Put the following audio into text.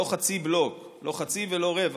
לא חצי בלוק, לא חצי ולא רבע,